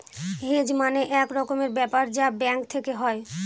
hedge মানে এক রকমের ব্যাপার যা ব্যাঙ্ক থেকে হয়